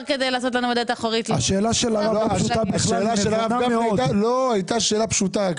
כדי לנסות מהדלת האחורית --- השאלה של הרב הייתה שאלה פשוטה.